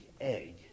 egg